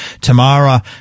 Tamara